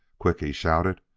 quick! he shouted.